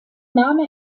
name